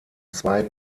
zwei